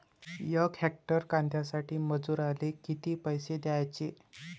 यक हेक्टर कांद्यासाठी मजूराले किती पैसे द्याचे?